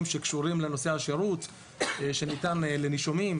שקשורים לנושא השירות שניתן לנישומים.